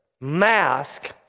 mask